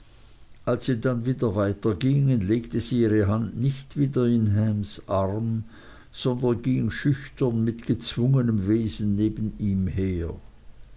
als sie dann wieder weitergingen legte sie ihre hand nicht wieder in hams arm sondern ging schüchtern mit gezwungenem wesen neben ihm her